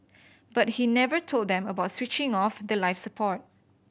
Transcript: but he never told them about switching off the life support